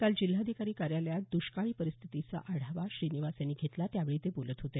काल जिल्हाधिकारी कार्यालयात दष्काळी परिस्थितीचा आढावा श्रीनिवास यांनी घेतला त्यावेळी ते बोलत होते